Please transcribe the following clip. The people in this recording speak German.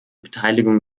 beteiligung